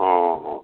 हँ हँ